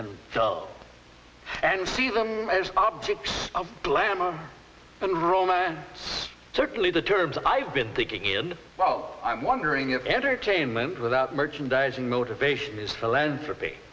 and so and see them as objects of glamour and roma certainly the terms i've been thinking in well i'm wondering if entertainment without merchandising motivation is philanthropy